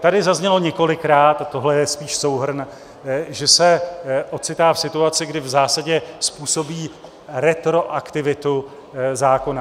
Tady zaznělo několikrát, a tohle je spíš souhrn, že se ocitá v situaci, kdy v zásadě způsobí retroaktivitu zákona.